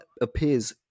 appears